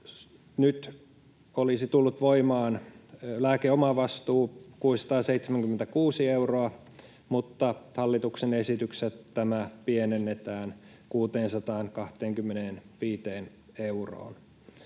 nyt olisi tullut voimaan lääkeomavastuu 676 euroa, mutta hallituksen esityksessä tämä pienennetään 625 euroon.